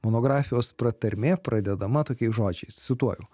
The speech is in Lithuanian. monografijos pratarmė pradedama tokiais žodžiais cituoju